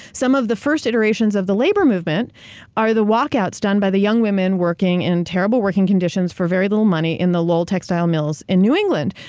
some of the first iterations of the labor movement are the walkouts done by the young women working in terrible working conditions for very little money in the lowell textile mills in new england.